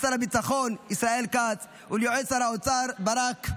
לשר הביטחון ישראל כץ וליועץ שר האוצר ברק,